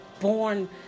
born